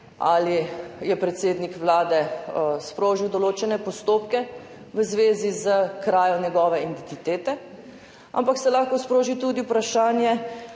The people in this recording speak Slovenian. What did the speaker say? ali je predsednik Vlade sprožil določene postopke v zvezi s krajo njegove identitete, ampak se lahko sproži tudi vprašanje,